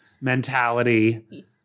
mentality